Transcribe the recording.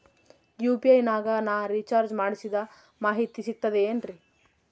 UPI ನಾಗ ನಾ recharge ಮಾಡಿಸಿದ ಮಾಹಿತಿ ಸಿಕ್ತದೆ ಏನ್ರಿ?